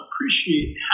appreciate